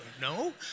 No